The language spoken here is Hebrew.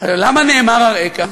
למה נאמר "אראך"?